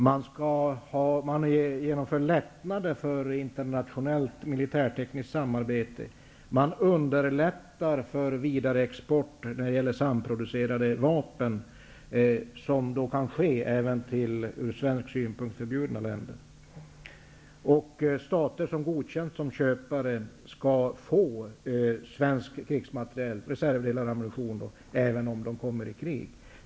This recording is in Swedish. Man genomför lättnader för internationellt militärtekniskt samarbete, man underlättar för vidareexport av samproducerade vapen, en export som då kan ske även till ur svensk synpunkt förbjudna länder. Stater som godkänts som köpare skall få svensk krigsmateriel -- reservdelar och ammunition -- även om de hamnar i krig.